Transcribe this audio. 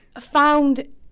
found